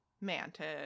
Mantis